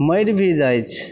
मरि भी जाइत छै